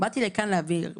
באתי לכאן להעביר מסר: